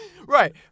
Right